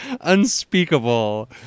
unspeakable